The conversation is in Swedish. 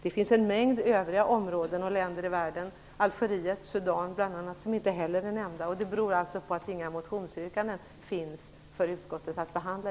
Det finns en mängd övriga områden och länder i världen, bl.a. Algeriet och Sudan, som skulle ha kunnat nämnas, men det finns inga motionsyrkanden om dessa för utskottet att behandla.